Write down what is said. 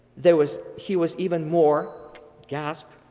there was he was even more gasped,